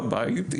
בבית,